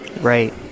right